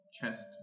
chest